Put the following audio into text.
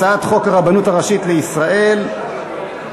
הצעת חוק הרבנות הראשית לישראל (תיקון,